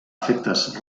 efectes